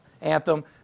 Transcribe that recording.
anthem